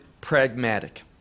pragmatic